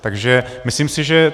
Takže myslím si, že...